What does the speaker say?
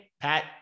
Pat